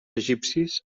egipcis